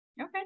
Okay